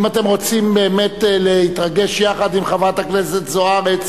אם אתם רוצים באמת להתרגש יחד עם חברת הכנסת זוארץ